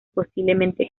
posiblemente